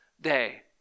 day